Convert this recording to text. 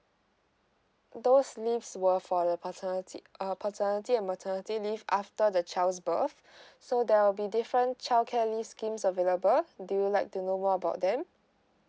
those leaves were for the paternity uh paternity and maternity leaves after the child's birth so there will be different childcare leaves schemes available do you like to know more about them